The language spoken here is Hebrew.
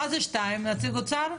מזה פסקה 2, נציג האוצר?